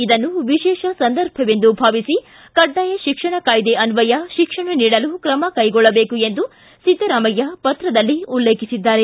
ಇದನ್ನು ವಿಶೇಷ ಸಂದರ್ಭವೆಂದು ಭಾವಿಸಿ ಕಡ್ಡಾಯ ಶಿಕ್ಷಣ ಕಾಯಿದೆ ಅನ್ವಯ ಶಿಕ್ಷಣ ನೀಡಲು ಕ್ರಮಕೈಗೊಳ್ಳಬೇಕು ಎಂದು ಸಿದ್ದರಾಮಯ್ಯ ಪತ್ರದಲ್ಲಿ ಉಲ್ಲೇಖಿಸಿದ್ದಾರೆ